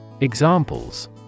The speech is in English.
Examples